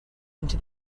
into